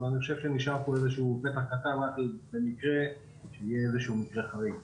אני חושב שנשאר כאן איזשהו קטע קטן רק למקרה שיהיה איזשהו מקרה חריג.